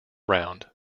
round